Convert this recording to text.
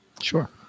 Sure